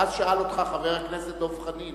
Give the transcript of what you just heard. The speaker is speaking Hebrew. ואז שאל אותך חבר הכנסת דב חנין